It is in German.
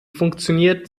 funktioniert